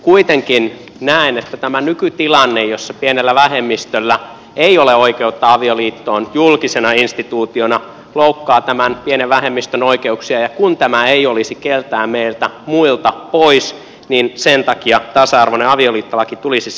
kuitenkin näen että tämä nykytilanne jossa pienellä vähemmistöllä ei ole oikeutta avioliittoon julkisena instituutiona loukkaa tämän pienen vähemmistön oikeuksia ja kun tämä ei olisi keltään meiltä muilta pois niin sen takia tasa arvoinen avioliittolaki tulisi säätää